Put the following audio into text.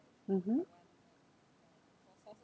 mmhmm